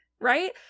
right